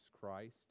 Christ